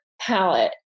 palette